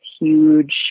huge